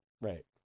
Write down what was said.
Right